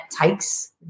takes